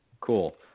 Cool